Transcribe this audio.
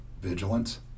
vigilance